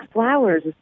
flowers